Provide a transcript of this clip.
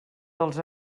dels